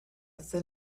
thin